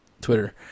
Twitter